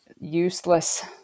useless